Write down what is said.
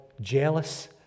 jealous